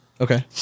Okay